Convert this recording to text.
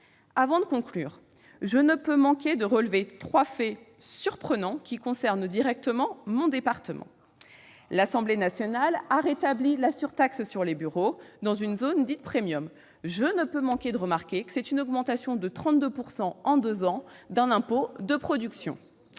Avant de conclure, je ne peux manquer de relever trois faits surprenants qui concernent directement mon département. Ah ! L'Assemblée nationale a rétabli la surtaxe sur les bureaux dans une zone dite « premium ». C'est une augmentation de 32 % en deux ans d'un impôt de production.